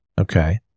Okay